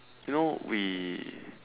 you know we